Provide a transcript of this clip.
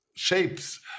shapes